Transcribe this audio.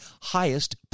highest